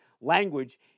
language